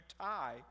tie